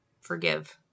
forgive